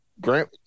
Grant